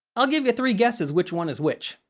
i'll give you three guesses which one is which.